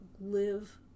Live